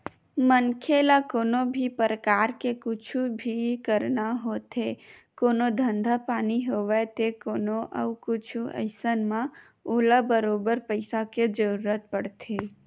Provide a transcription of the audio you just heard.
मनखे ल कोनो भी परकार के कुछु भी करना होथे कोनो धंधा पानी होवय ते कोनो अउ कुछु अइसन म ओला बरोबर पइसा के जरुरत पड़थे